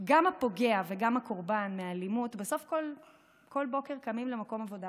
גם הפוגע וגם קורבן האלימות בסוף קמים כל בוקר למקום עבודה,